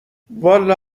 والا